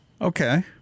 Okay